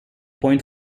point